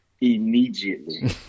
Immediately